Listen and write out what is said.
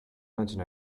mention